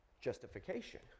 justification